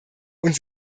und